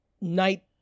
night